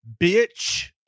bitch